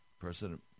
President